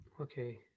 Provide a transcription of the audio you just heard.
Okay